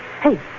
Hey